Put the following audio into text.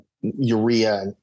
urea